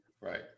Right